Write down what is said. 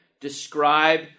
describe